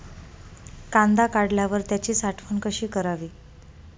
कांदा काढल्यावर त्याची साठवण कशी करावी?